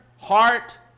heart